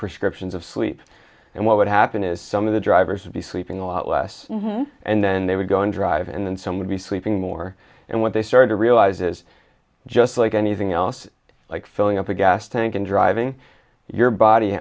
prescriptions of sleep and what would happen is some of the drivers would be sleeping a lot less and then they would go and drive and then some would be sleeping more and when they started to realize is just like anything else like filling up a gas tank and driving your body